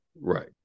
Right